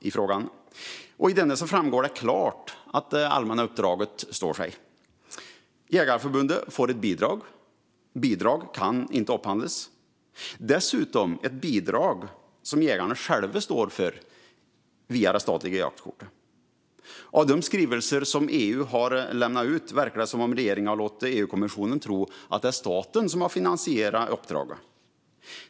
I den framgår det klart att det allmänna uppdraget står sig. Jägareförbundet får ett bidrag, och bidrag kan inte upphandlas. Dessutom är det ett bidrag som jägarna själva står för via det statliga jaktkortet. Av de skrivelser som EU har lämnat ut verkat det som att regeringen har låtit EU-kommissionen tro att det är staten som har finansierat uppdraget.